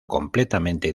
completamente